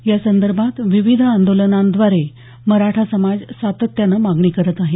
यासंदर्भात विविध आंदोलनांद्वारे मराठा समाज सातत्यानं मागणी करत आहे